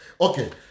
Okay